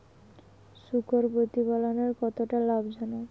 শূকর প্রতিপালনের কতটা লাভজনক?